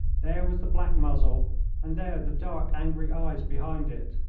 there was the black muzzle and there the dark, angry eyes behind it.